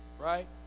Right